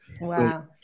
Wow